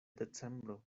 decembro